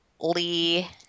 lee